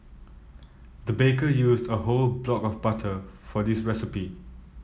the baker used a whole block of butter for this recipe